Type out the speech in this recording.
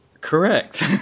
Correct